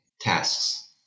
tasks